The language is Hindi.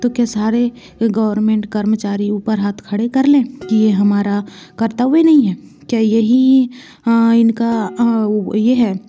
तो क्या सारे ये गवर्नमेंट कर्मचारी ऊपर हाथ खड़े कर ले कि ये हमारा कर्तव्य नहीं है क्या यही इनका ये है